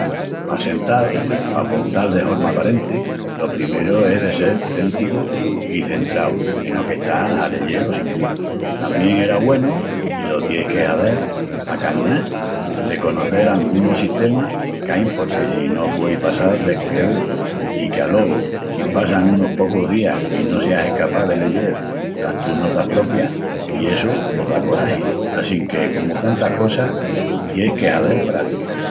Pa assental, pa apontal de horma aparenti, lo primeru es de sel téntigu i centrau eno qu'estás a leyel o sentil. Tamién era güenu, si lo ties que hazel a canuná, de conocel angunus sistemas qu'ain porque si no te puei passal d'escrevil i que, alogu, si passan unus pocus días i no seas escapás de leyel las tus notas propias, i essu pos da coragi. Assinque, comu tantas cosas, ties que hazel prática.